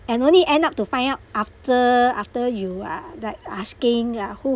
and only end up to find out after after you are like asking ah who